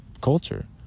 culture